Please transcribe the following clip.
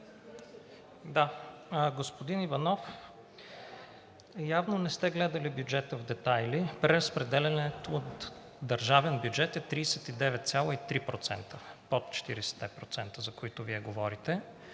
Господин Иванов, явно не сте гледали бюджета в детайли. Преразпределението от държавния бюджет е 39,3% – под 40-те процента, за които Вие говорите.